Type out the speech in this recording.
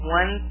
one